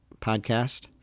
podcast